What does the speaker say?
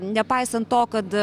nepaisant to kad